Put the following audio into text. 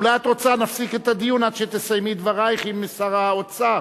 אולי את רוצה נפסיק את הדיון עד שתסיימי את דברייך עם שר האוצר,